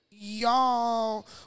y'all